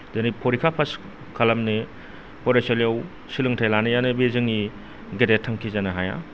दिनै फरिखा पास खालामनो फरायसालियाव सोलोंथाय लानायानो बे जोंनि गेदेर थांखि जानो हाया